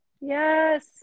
Yes